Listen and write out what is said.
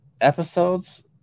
episodes